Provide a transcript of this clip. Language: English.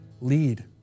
lead